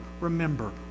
remember